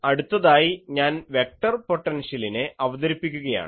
അടുത്തതായി ഞാൻ വെക്ടർ പൊട്ടൻഷ്യലിനെ അവതരിപ്പിക്കുകയാണ്